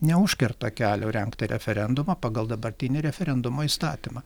neužkerta kelio rengti referendumą pagal dabartinį referendumo įstatymą